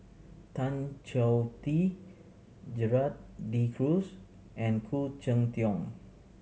Tan Choh Tee Gerald De Cruz and Khoo Cheng Tiong